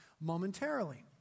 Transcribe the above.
momentarily